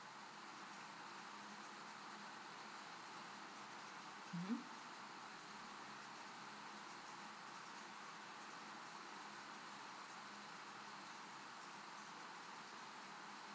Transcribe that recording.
mm